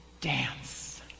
dance